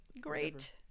great